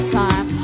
time